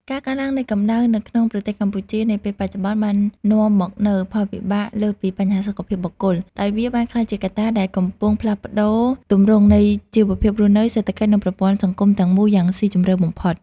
ការកើនឡើងនៃកម្ដៅនៅក្នុងប្រទេសកម្ពុជានាពេលបច្ចុប្បន្ន បាននាំមកនូវផលវិបាកលើសពីបញ្ហាសុខភាពបុគ្គល ដោយវាបានក្លាយជាកត្តាដែលកំពុងផ្លាស់ប្តូរទម្រង់នៃជីវភាពរស់នៅ សេដ្ឋកិច្ច និងប្រព័ន្ធសង្គមទាំងមូលយ៉ាងស៊ីជម្រៅបំផុត។